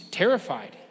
terrified